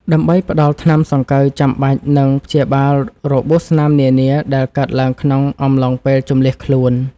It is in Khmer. ដើម្បីផ្ដល់ថ្នាំសង្កូវចាំបាច់ និងព្យាបាលរបួសស្នាមនានាដែលកើតឡើងក្នុងអំឡុងពេលជម្លៀសខ្លួន។